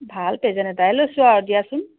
ভাল প্ৰেজেন্ট এটাই লৈছোঁ আৰু দিয়াচোন